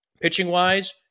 Pitching-wise